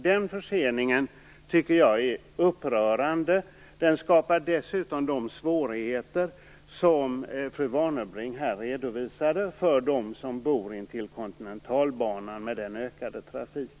Den förseningen tycker jag är upprörande. Den skapar dessutom, som fru Warnerbring här redovisade, svårigheter med ökad trafik för dem som bor intill Kontinentalbanan.